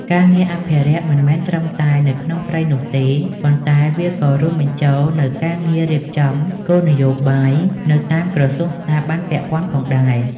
ការងារអភិរក្សមិនមែនត្រឹមតែនៅក្នុងព្រៃនោះទេ ប៉ុន្តែវាក៏រួមបញ្ចូលនូវការងាររៀបចំគោលនយោបាយនៅតាមក្រសួងស្ថាប័នពាក់ព័ន្ធផងដែរ។